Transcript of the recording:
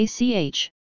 ACH